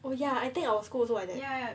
oh ya I think our school also like that